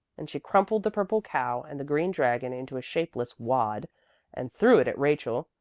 and she crumpled the purple cow and the green dragon into a shapeless wad and threw it at rachel,